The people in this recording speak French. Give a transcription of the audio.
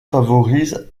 favorise